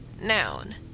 noun